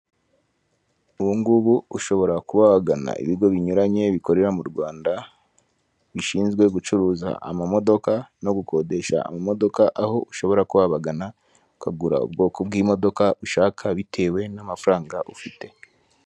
Ubu ngubu ushobora kuba wagana ibigo binyuranye bikorera mu Rwanda, bishinzwe gucuruza amamodoka no gukodesha amamodoka, aho ushobora kuba wabagana ukagura ubwoko bw'imodoka ushaka, bitewe n'amafaranga ufite.